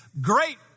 great